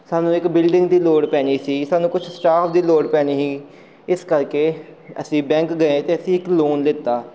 ਸਾਨੂੰ ਇੱਕ ਬਿਲਡਿੰਗ ਦੀ ਲੋੜ ਪੈਣੀ ਸੀ ਸਾਨੂੰ ਕੁਛ ਸਟਾਫ ਦੀ ਲੋੜ ਪੈਣੀ ਸੀ ਇਸ ਕਰਕੇ ਅਸੀਂ ਬੈਂਕ ਗਏ ਅਤੇ ਅਸੀਂ ਇੱਕ ਲੋਨ ਲਿੱਤਾ